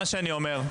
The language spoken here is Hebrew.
מה שאני אומר,